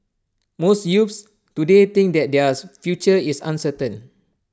most youths today think that their future is uncertain